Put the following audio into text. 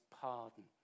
pardon